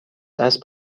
اسب